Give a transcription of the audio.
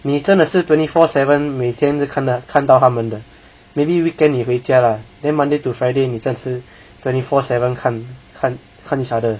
你真的是 twenty four seven 每天都一直看看到他们的 maybe weekend 你回家 lah then monday to friday 你真的是 twenty four seven 看看看 each other 的